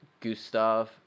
gustav